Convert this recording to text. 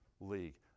league